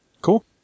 Cool